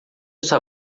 essa